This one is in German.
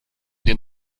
den